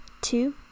two